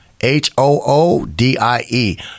H-O-O-D-I-E